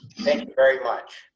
very much.